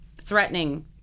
threatening